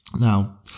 Now